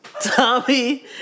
Tommy